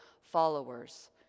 followers